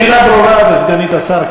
השאלה ברורה וסגנית השר,